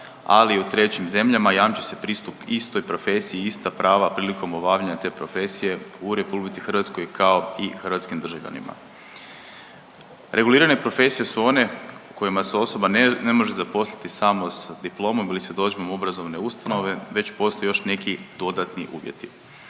ali i u trećim zemljama, jamči se pristup istoj profesiji i ista prava prilikom obavljanja te profesije u RH kao i hrvatski državljanima. Regulirane profesije su one u kojima se osoba ne može zaposliti samo s diplomom ili svjedodžbom obrazovne ustanove već postoje još neki dodatni uvjeti.